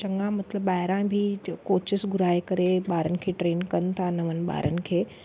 चङा मतिलबु ॿाहिरां कोचेस घुराइ करे ॿारनि खे ट्रेन कनि था नवनि ॿारनि खे